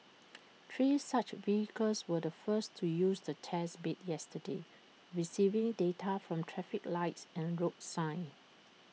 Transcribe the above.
three such vehicles were the first to use the test bed yesterday receiving data from traffic lights and road signs